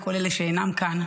ולכל אלה שאינם כאן.